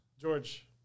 George